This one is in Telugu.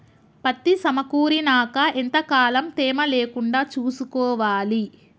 పత్తి సమకూరినాక ఎంత కాలం తేమ లేకుండా చూసుకోవాలి?